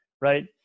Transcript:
right